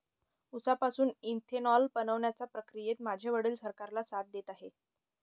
उसापासून इथेनॉल बनवण्याच्या प्रक्रियेत माझे वडील सरकारला साथ देत आहेत